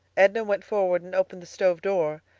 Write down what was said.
edna went forward and opened the stove door,